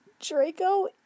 Draco